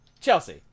Chelsea